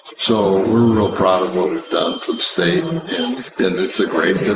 so we are real proud of what we've done for the state and it's a great